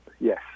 yes